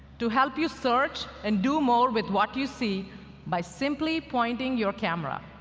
to help you search and do more with what you see by simply pointing your camera.